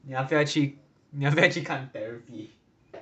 你要不要去你要不要去看 therapy